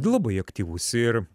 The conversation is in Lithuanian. ir labai aktyvus ir